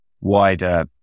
wider